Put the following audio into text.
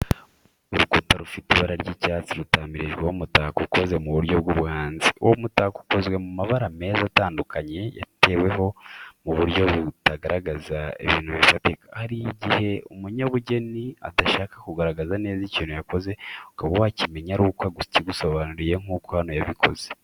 Urukuta rufite ibara ry’icyatsi rutamirijweho umutako ukoze mu buryo bw’ubuhanzi. Uwo mutako ukozwe mu mabara meza atandukanye yateweho mu buryo butagaragaza ibintu bifatika. Hari igihe umunyabugeni adashaka kugaragaza neza ikintu yakoze, ukaba wakimenya ari uko akigusobanuriye nk'uko hano yabikoze.